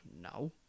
No